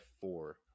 four